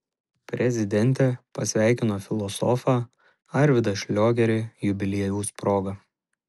prezidentė pasveikino filosofą arvydą šliogerį jubiliejaus proga